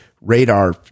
radar